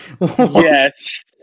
Yes